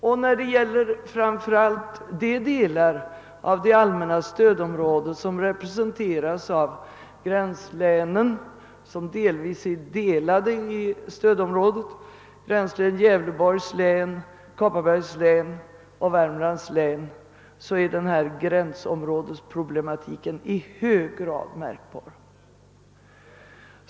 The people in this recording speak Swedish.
Och när det gäller de delar av det allmänna stödområdet som representeras av gränslänen, vilka delvis är delade av stödområdet — jag tänker här på Gävleborgs, Kopparbergs och Värmlands län — är gränsområdesproblematiken i hög grad märkbar.